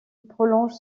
prolonge